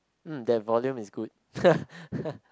mm that volume is good